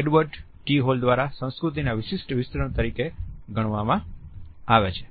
Edward T Hall દ્વારા સંસ્કૃતિના વિશિષ્ટ વિસ્તરણ તરીકે ગણવામાં આવે છે